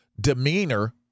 demeanor